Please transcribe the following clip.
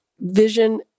vision